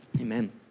amen